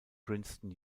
princeton